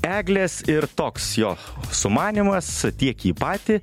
eglės ir toks jo sumanymas tiek jį patį